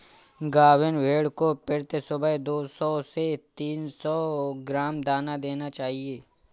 गाभिन भेड़ को प्रति सुबह दो सौ से तीन सौ ग्राम दाना देना चाहिए